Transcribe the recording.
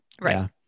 Right